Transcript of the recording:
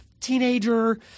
teenager